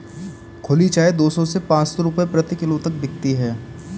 खुली चाय दो सौ से पांच सौ रूपये प्रति किलो तक बिकती है